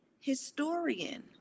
historian